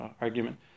argument